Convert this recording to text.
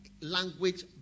language